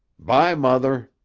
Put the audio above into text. bye, mother.